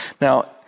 Now